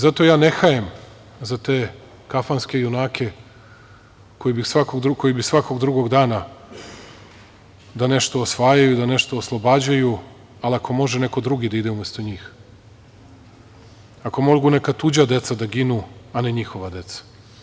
Zato ja ne hajem za te kafanske junake koji bi svakog drugog dana da nešto osvajaju, da nešto oslobađaju, ali ako može neko drugi da ide umesto njih, ako mogu neka tuđa deca da ginu, a ne njihova deca.